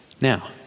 Now